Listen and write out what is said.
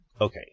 okay